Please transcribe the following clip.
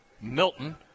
Milton